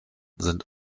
sind